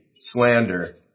slander